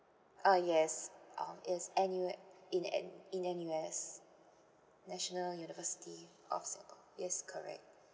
uh yes um yes N U in N in N_U_S national university of singapore yes correct